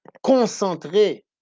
concentré